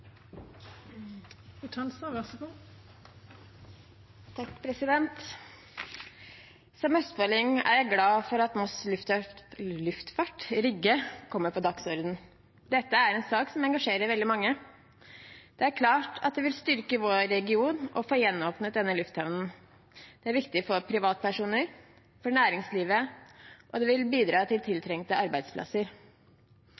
Dette er en sak som engasjerer veldig mange. Det er klart at det vil styrke vår region å få gjenåpnet denne lufthavnen. Det er viktig for privatpersoner og for næringslivet, og det vil bidra til